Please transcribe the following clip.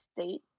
state